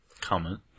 comment